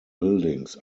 buildings